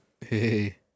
Hey